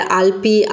alpi